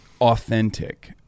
authentic